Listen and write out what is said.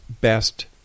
best